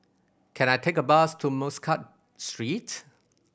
can I take a bus to Muscat Street